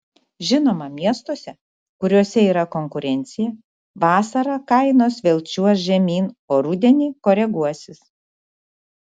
žinoma miestuose kuriuose yra konkurencija vasarą kainos vėl čiuoš žemyn o rudenį koreguosis